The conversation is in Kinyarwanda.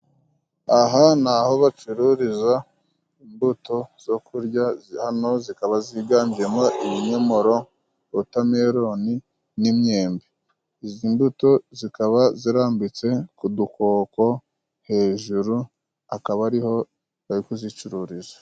Aha ni aho bacururiza imbuto zo kurya. Hano zikaba ziganjemo ibinyomoro, wotameloni n'imyembe. Izi mbuto zikaba zirambitse ku dukoko hejuru akaba ariho bari kuzicururiza.